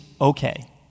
okay